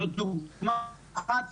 זאת דוגמה אחת